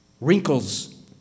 Wrinkle's